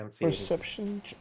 Perception